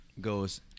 goes